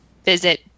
visit